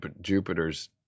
Jupiter's